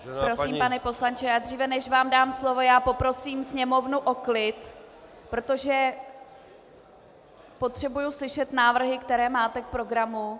Prosím, pane poslanče, dříve než vám dám slovo, poprosím sněmovnu o klid, protože potřebuji slyšet návrhy, které máte k programu.